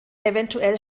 eventuell